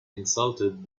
insulted